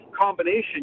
combination